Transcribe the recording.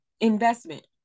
Investment